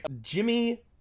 Jimmy